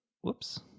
Whoops